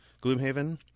Gloomhaven